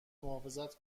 محافظت